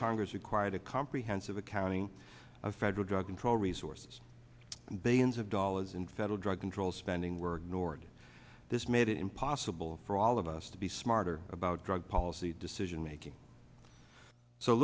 congress required a comprehensive accounting of federal drug control resources billions of dollars in federal drug control spending were nord this made it impossible for all of us to be smarter about drug policy decision making so